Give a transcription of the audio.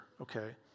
okay